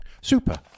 Super